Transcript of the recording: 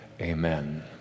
Amen